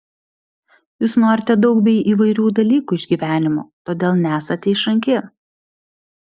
jūs norite daug bei įvairių dalykų iš gyvenimo todėl nesate išranki